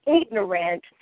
ignorant